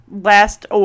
last